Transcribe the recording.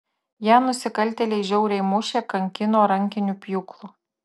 ją nusikaltėliai žiauriai mušė kankino rankiniu pjūklu